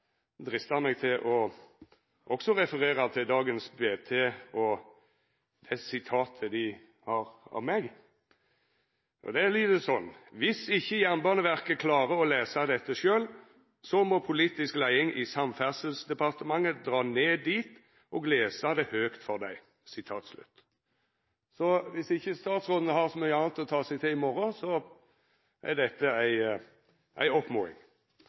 drista meg til å referera til dagens BT og det sitatet dei har frå meg. Det lyder slik: «Hvis ikke Jernbaneverket klarer å lese dette selv, så må politisk ledelse i Samferdselsdepartementet dra ned dit og lese det høyt opp for dem.» Dersom statsråden ikkje har så mykje anna å ta seg til i morgon, er dette ei